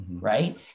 right